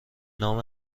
نام